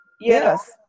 Yes